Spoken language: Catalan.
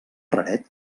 raret